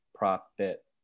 Profit